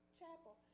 chapel